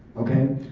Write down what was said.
okay.